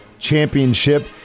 Championship